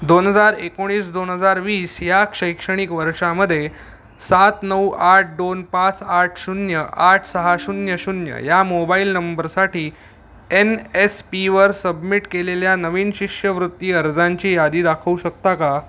दोन हजार एकोणीस दोन हजार वीस या शैक्षणिक वर्षामध्ये सात नऊ आठ दोन पाच आठ शून्य आठ सहा शून्य शून्य या मोबाईल नंबरसाठी एन एस पीवर सबमिट केलेल्या नवीन शिष्यवृत्ती अर्जांची यादी दाखवू शकता का